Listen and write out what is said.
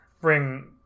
bring